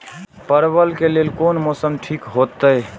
परवल के लेल कोन मौसम ठीक होते?